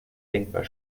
denkbar